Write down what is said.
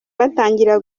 batangira